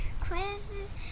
quizzes